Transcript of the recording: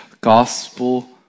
gospel